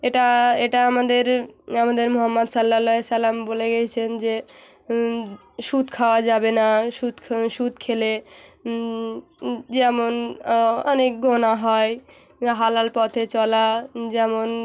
এটা এটা আমাদের আমাদের মহম্মদ সাল্লাল্লহে সাল্লাম বলে গেছেন যে সুদ খাওয়া যাবে না সুদ সুদ খেলে যেমন অনেক গোণা হয় হালাল পথে চলা যেমন